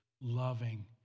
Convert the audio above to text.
loving